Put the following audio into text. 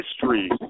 history